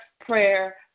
prayer